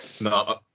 No